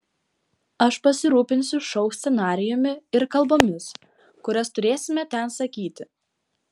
aš pasirūpinsiu šou scenarijumi ir kalbomis kurias turėsime ten sakyti